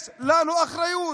יש לנו אחריות.